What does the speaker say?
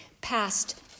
passed